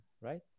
right